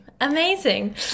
amazing